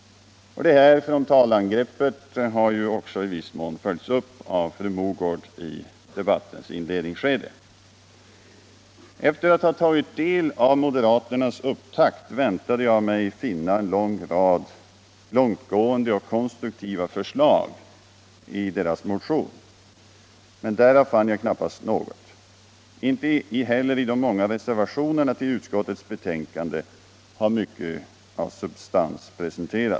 Detta frontalangrepp har i viss mån följts upp av fru Mogård i debattens inledningsskede. Eter att ha tagit del av moderaternas upptakt väntade jag mig finna en rad långtgående och konstruktiva förslag i deras motion. Därav fann Jag knappast något. Inte heller de många reservationerna till utskottets betänkande har mycket av substans.